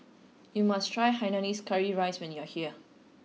you must try hainanese curry rice when you are here